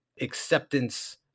acceptance